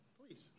Please